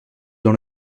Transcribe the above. dans